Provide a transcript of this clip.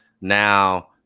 now